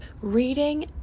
reading